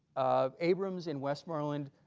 abrams in westmoreland